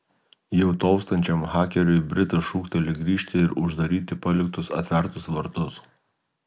jau tolstančiam hakeriui britas šūkteli grįžti ir uždaryti paliktus atvertus vartus